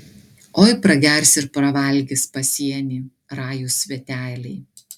oi pragers ir pravalgys pasienį rajūs sveteliai